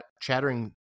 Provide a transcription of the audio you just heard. chattering